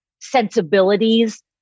sensibilities